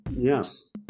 Yes